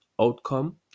outcome